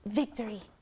victory